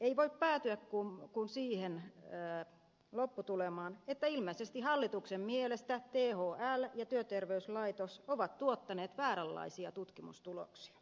ei voi päätyä kuin siihen lopputulemaan että ilmeisesti hallituksen mielestä thl ja työterveyslaitos ovat tuottaneet vääränlaisia tutkimustuloksia